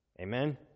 Amen